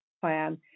plan